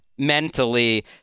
Mentally